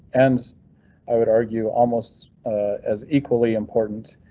and i would argue almost as equally important,